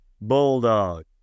bulldog